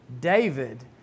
David